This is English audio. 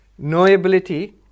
Knowability